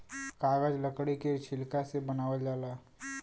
कागज लकड़ी के छिलका से बनावल जाला